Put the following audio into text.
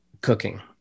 cooking